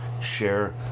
share